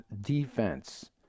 defense